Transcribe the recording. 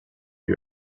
you